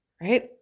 Right